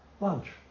lunch